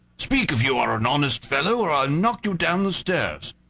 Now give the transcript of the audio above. speak if you are an honest fellow, or i'll knock you down the stairs.